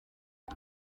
uwo